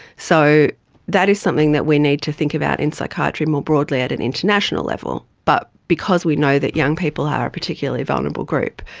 so that is something that we need to think about in psychiatry more broadly at an international level. but because we know that young people are a particularly vulnerable group,